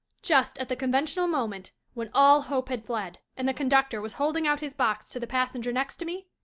just at the conventional moment, when all hope had fled, and the conductor was holding out his box to the passenger next to me,